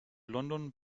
london